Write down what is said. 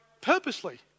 purposely